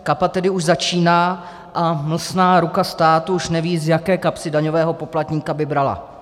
Kapat tedy už začíná a mlsná ruka státu už neví, z jaké kapsy daňového poplatníka by brala.